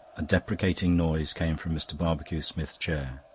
a deprecating noise came from mr. barbecue-smith's chair.